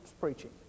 preaching